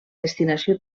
destinació